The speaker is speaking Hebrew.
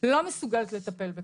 לא מסוגלת לטפל בזה.